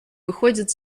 выходят